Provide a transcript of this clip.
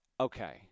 okay